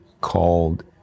called